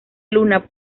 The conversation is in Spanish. luna